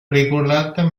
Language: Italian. regolata